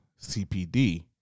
CPD